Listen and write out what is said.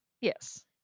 Yes